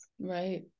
Right